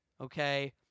Okay